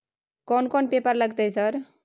कोन कौन पेपर लगतै सर?